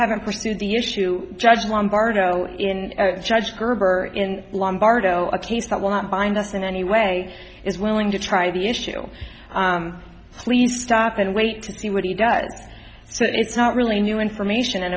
haven't pursued the issue judge lombardo in judge gerber in lombardo a case that want bind us in anyway is willing to try the issue please stop and wait to see what he does so it's not really new information and